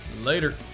Later